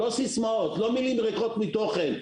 לא סיסמאות ומילים ריקות מתוכן.